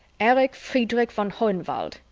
erich friederich von hohenwald,